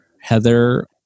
Heather